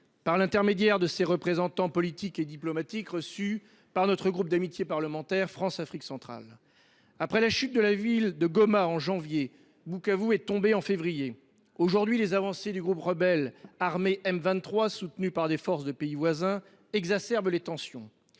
par l’intermédiaire de ses représentants politiques et diplomatiques, qu’a reçus notre groupe d’amitié interparlementaire France Afrique centrale. Après Goma, en janvier dernier, Bukavu est tombé en février. Aujourd’hui, les avancées du groupe rebelle armé M23, soutenu par les forces de pays voisins, exacerbent les tensions.